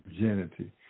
virginity